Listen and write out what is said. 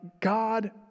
God